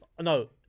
no